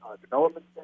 development